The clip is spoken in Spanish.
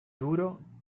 duro